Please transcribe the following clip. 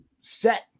set